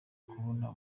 kubona